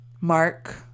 Mark